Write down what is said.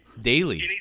daily